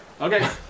Okay